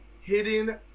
hidden